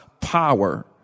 power